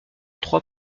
trois